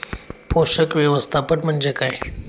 पोषक व्यवस्थापन म्हणजे काय?